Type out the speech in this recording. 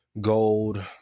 gold